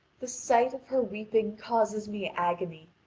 the sight of her weeping causes me agony,